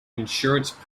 insurance